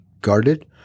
guarded